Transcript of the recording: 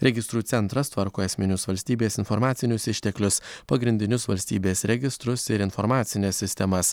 registrų centras tvarko esminius valstybės informacinius išteklius pagrindinius valstybės registrus ir informacines sistemas